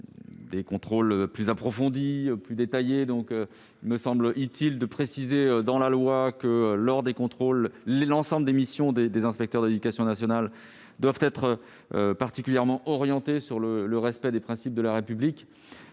des contrôles plus approfondis et plus détaillés. Il me semble donc utile de préciser dans la loi que, lors des contrôles, les missions des inspecteurs de l'éducation nationale doivent être particulièrement orientées vers le respect des principes de la République.